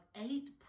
eight